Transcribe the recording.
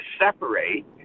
separate